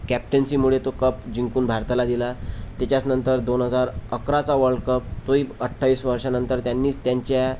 कॅप्टनसीमुळे तो कप जिंकून भारताला दिला त्याच्याच नंतर दोन हजार अकराचा वर्ल्डकप तोही अठ्ठावीस वर्षानंतर त्यांनीच त्यांच्या